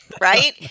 right